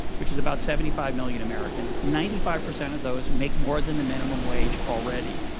which is about seventy five million americans ninety five percent of those make more than the minimum wage already.